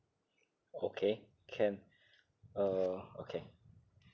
okay can uh okay